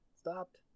Stopped